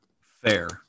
Fair